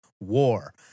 war